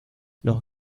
los